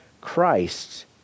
Christ